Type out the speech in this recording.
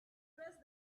dressed